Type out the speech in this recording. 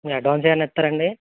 మీరు అడ్వాన్స్ ఏమన్న ఇస్తారా అండి